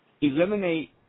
Eliminate